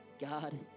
God